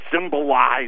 symbolize